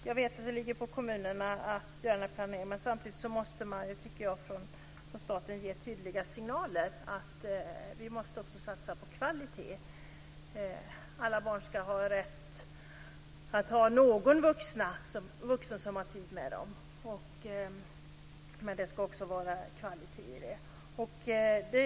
Jag vet att det ligger på kommunerna att planera, men jag tycker samtidigt att staten måste ge tydliga signaler om att vi måste satsa på kvalitet. Alla barn ska ha rätt till en vuxen som har tid med dem, och det ska vara kvalitet i verksamheten.